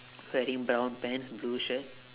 wearing brown pants blue shirt